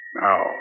Now